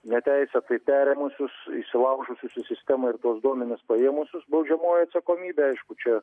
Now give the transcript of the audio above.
neteisėtai perėmusius įsilaužusius į sistemą ir tuos duomenis paėmusius baudžiamoji atsakomybė aišku čia